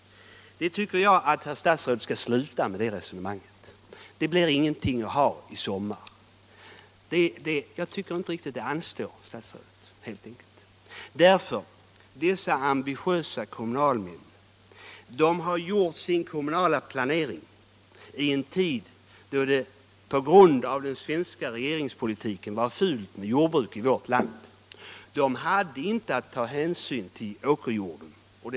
Det blir ingenting att ha i sommar. Jag tycker helt enkelt inte att det riktigt anstår herr statsrådet. Dessa ambitiösa kommunalmän har gjort upp sin kommunala planering under en tid då det på grund av den svenska regeringspolitiken var fult med jordbruk i vårt land. De hade inte att ta hänsyn till åkerjordens värde.